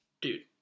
dude